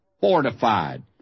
fortified